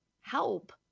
help